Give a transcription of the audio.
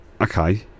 okay